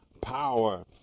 power